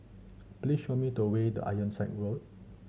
please show me the way to Ironside Road